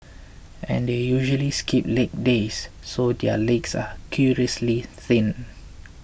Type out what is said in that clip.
and they usually skip leg days so their legs are curiously thin